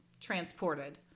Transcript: transported